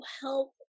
help